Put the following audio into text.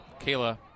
Kayla